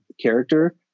character